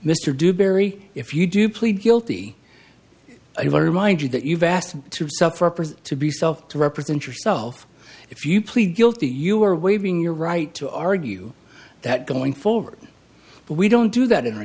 mr dewberry if you do plead guilty i very mind you that you've asked to suffer to be self to represent yourself if you plead guilty you are waving your right to argue that going forward but we don't do that in